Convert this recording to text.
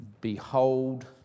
Behold